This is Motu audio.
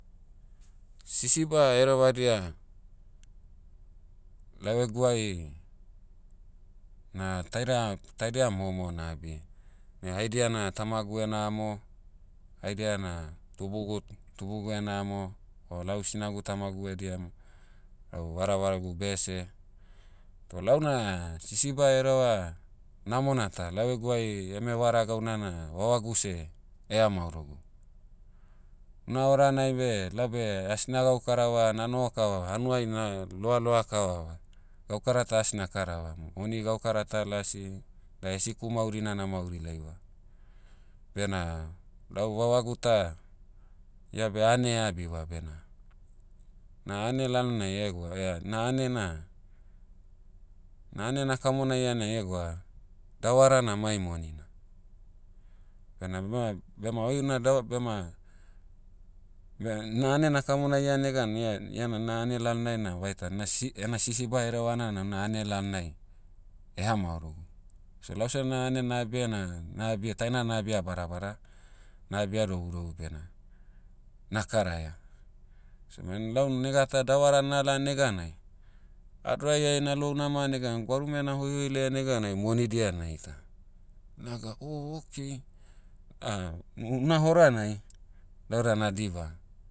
Sisiba herevadia, lau eguai, na taida- taidia momo nabi. Ne haidia na tamagu ena amo, haidia na tubugu- tubugu ena amo, o lau sinagu tamagu ediamo, lau varavaragu bese. To launa sisiba hereva, namona ta lau eguai eme vara gauna na vavagu seh, hamaorogu. Una horanai beh laube asna gaukarava na'noho kavava hanuai na loaloa kavava, gaukara ta asna karava. Moni gaukara ta lasi, da hesiku maurina na mauri laiva. Bena, lau vavagu ta, ia beh ane eabiva bena, na ane lalonai egwa, eh- na ane na- na ane na'kamonaia na egwa, davara na mai monina. Bena bema- bema oi una dava- bema, beh na ane nakamonaia negan ia- iana na'ane lalonai'na vaitan na si- ena sisiba herevana'na na ane lalnai, hamaorogu. So lau seh ane na abia na, na abia- taina na abia badabada, na abia dobudobu bena, na karaia. So ben lau nega ta davara nala neganai, adorai'ai na'lou nama negan gwarume na'hoihoi laia neganai monidia naita. Naga oh okay, u- una horanai, lau da nadiba.